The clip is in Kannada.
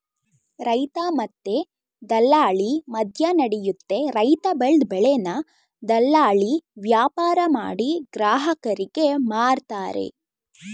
ರೈತ ಮತ್ತೆ ದಲ್ಲಾಳಿ ಮದ್ಯನಡಿಯುತ್ತೆ ರೈತ ಬೆಲ್ದ್ ಬೆಳೆನ ದಲ್ಲಾಳಿ ವ್ಯಾಪಾರಮಾಡಿ ಗ್ರಾಹಕರಿಗೆ ಮಾರ್ತರೆ